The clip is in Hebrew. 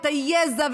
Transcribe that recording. את היזע,